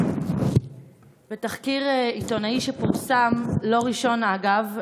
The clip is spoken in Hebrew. בתחקיר עיתונאי שפורסם לא ראשון, אגב,